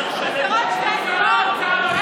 חסרות שתי הצבעות.